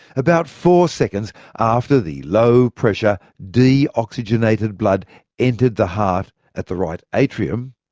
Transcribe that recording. about four seconds after the low pressure deoxygenated blood entered the heart at the right atrium,